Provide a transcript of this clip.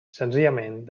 senzillament